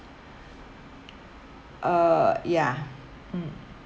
uh ya mm